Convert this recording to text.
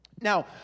Now